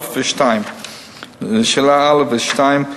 לשאלה 1 2,